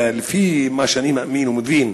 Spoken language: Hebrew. לפי מה שאני מאמין ומבין,